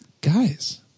guys